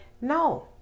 no